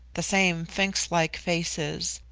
the same sphinx-like faces,